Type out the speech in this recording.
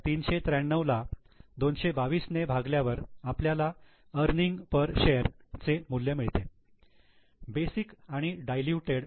2393 ला 222 ने भागल्यावर आपल्याला अर्निंग पर शेर चे मूल्य मिळते बेसिक आणि डायलूटेड